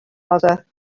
and